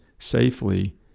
safely